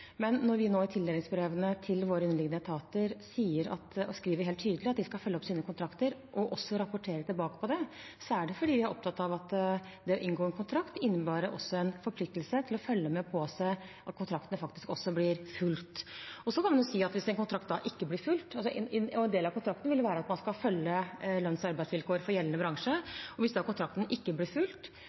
Men når vi i tildelingsbrevene til våre underliggende etater nå skriver helt tydelig at de skal følge opp sine kontrakter og rapportere tilbake på det, er det fordi vi er opptatt av at det å inngå en kontrakt også innebærer en forpliktelse til å følge med og påse at kontrakten faktisk blir fulgt. Så kan man si at hvis en kontrakt ikke blir fulgt – i en del av kontraktene vil det være at man skal følge lønns- og arbeidsvilkår for gjeldende